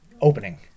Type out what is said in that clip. opening